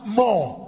more